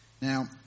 Now